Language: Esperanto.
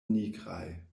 nigraj